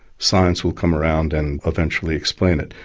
science will come around and eventually explain it.